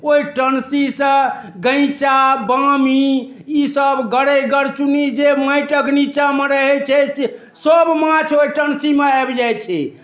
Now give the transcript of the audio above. ओहि टन्सिसँ गैँचा बामी ईसब गरै गरचुनि जे माइटक निच्चामे रहैत छै से सब माछ ओहि टन्सिमे आबि जाइत छै